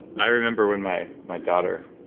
i remember when my my daughter,